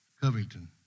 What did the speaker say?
covington